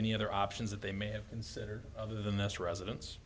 any other options that they may have considered other than this residen